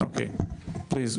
(מדבר באנגלית, להלן תרגום חופשי) אוקיי, בבקשה.